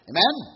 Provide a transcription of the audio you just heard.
Amen